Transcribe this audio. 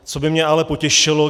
Co by mě ale potěšilo?